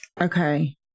Okay